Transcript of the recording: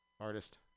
artist